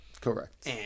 Correct